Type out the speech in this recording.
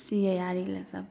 सीयै आर लेल सब